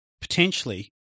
potentially